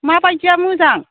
माबायदिया मोजां